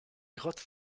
grotte